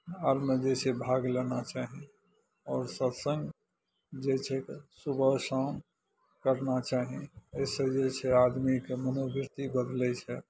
अरमे जे छै भाग लेना चाही और सत्संग जे छै सुबह शाम करना चाही ओइ से जे छै आओर आदमीके मनोवृति बदलय छै